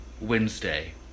Wednesday